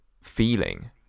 feeling